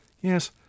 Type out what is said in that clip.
Yes